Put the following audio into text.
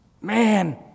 Man